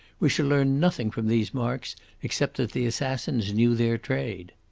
we shall learn nothing from these marks except that the assassins knew their trade.